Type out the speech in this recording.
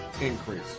increase